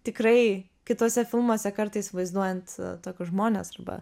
tikrai kituose filmuose kartais vaizduojant tokius žmones arba